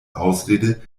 ausrede